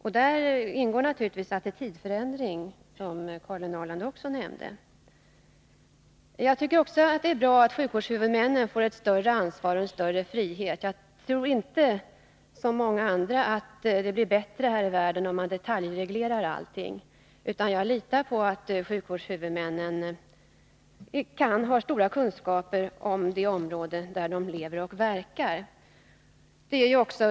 I detta ingår naturligtvis attitydförändring, som Karin Ahrland nämnde. Det är bra att sjukvårdshuvudmännen får ett större ansvar och en större frihet. Jag tror inte, som många andra, att det blir bättre här i världen om man detaljreglerar allting, utan jag litar på att sjukvårdshuvudmännen har stora kunskaper om det område de lever och verkar i.